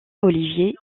olivier